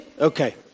Okay